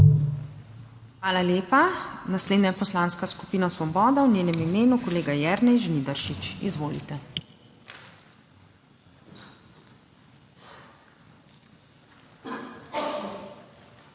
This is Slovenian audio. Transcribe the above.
Hvala lepa. Naslednja je Poslanska skupina Svoboda, v njenem imenu kolega Jernej Žnidaršič. Izvolite. JERNEJ